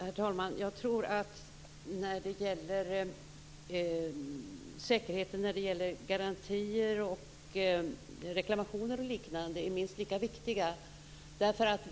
Herr talman! Jag tror att säkerheten när det gäller garantier, reklamationer och liknande är minst lika viktig.